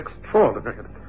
extraordinary